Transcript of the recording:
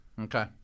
Okay